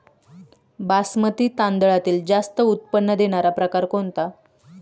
बासमती तांदळातील जास्त उत्पन्न देणारा प्रकार कोणता?